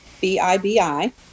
B-I-B-I